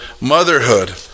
Motherhood